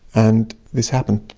and this happened,